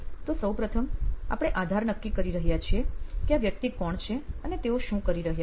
તો સૌપ્રથમ આપણે આધાર નક્કી કરી રહ્યા છે કે આ વ્યક્તિ કોણ છે અને તેઓ શું કરી રહ્યા છે